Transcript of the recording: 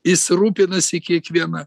jis rūpinasi kiekviena